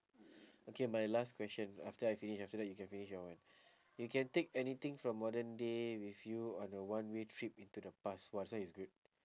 okay my last question after I finish after that you can finish your one you can take anything from modern day with you on a one way trip into the past !wah! this one is good